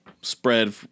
spread